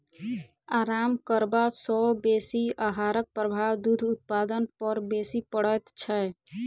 आराम करबा सॅ बेसी आहारक प्रभाव दूध उत्पादन पर बेसी पड़ैत छै